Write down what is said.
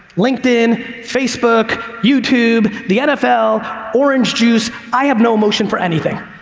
linkedin, facebook, youtube, the nfl, orange juice, i have no emotion for anything.